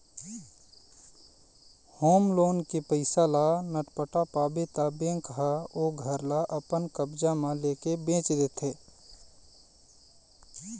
home loan के पइसा ल नइ पटा पाबे त बेंक ह ओ घर ल अपन कब्जा म लेके बेंच देथे